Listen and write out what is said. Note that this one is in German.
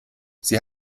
sie